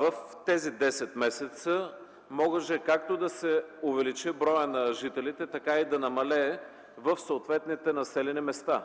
в тези 10 месеца може както да се увеличи броят на жителите, така и да намалее, в съответните населени места.